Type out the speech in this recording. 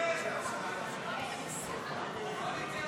רבותיי,